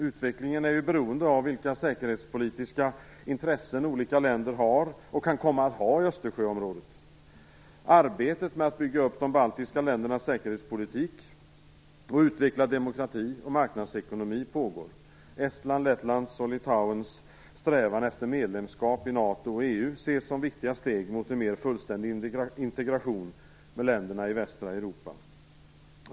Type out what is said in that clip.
Utvecklingen är beroende av vilka säkerhetspolitiska intressen olika länder har och kan komma att ha i Östersjöområdet. Arbetet med att bygga upp de baltiska ländernas säkerhetspolitik och utveckla demokrati och marknadsekonomi pågår. Estlands, NATO och EU ses som viktiga steg mot en mer fullständig integration med länderna i västra Europa.